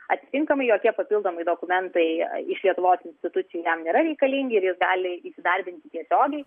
atitinkamai jokie papildomi dokumentai iš lietuvos institucijų jam nėra reikalingi ir jis gali įsidarbinti tiesiogiai